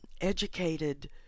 educated